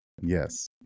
Yes